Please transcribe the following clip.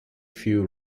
few